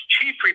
chief